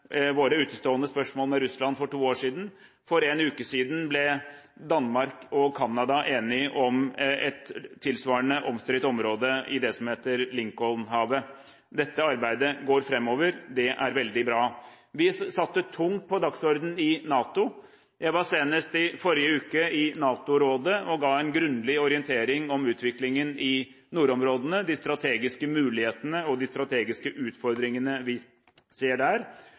våre utestående spørsmål med Russland for to år siden. For en uke siden ble Danmark og Canada enige om et tilsvarende omstridt område i det som heter Lincolnhavet. Dette arbeidet går framover. Det er veldig bra. Vi satte det tungt på dagsordenen da jeg i forrige uke var i NATO-rådet og ga en grundig orientering om utviklingen i nordområdene, de strategiske mulighetene og de strategiske utfordringene vi ser der.